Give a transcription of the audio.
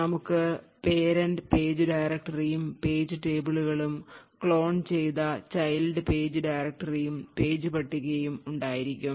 നമുക്ക് parent page ഡയറക്ടറിയും page table കളും ക്ലോൺ ചെയ്ത ചൈൽഡ് പേജ് ഡയറക്ടറിയും പേജ് പട്ടികയും ഉണ്ടായിരിക്കും